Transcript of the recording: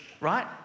Right